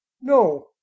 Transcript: No